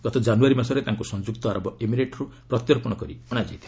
ଗତ ଜାନୁଆରୀ ମାସରେ ତାଙ୍କୁ ସଂଯୁକ୍ତ ଆରବ ଏମିନେଟ୍ରୁ ପ୍ରତ୍ୟାର୍ପଣ କରି ଅଣାଯାଇଥିଲା